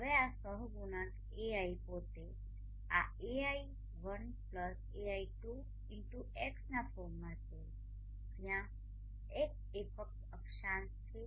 હવે આ સહગુણાંક Ai પોતે આ ai1ai2xના ફોર્મમાં છે જ્યાં x એ ફક્ત અક્ષાંશ છે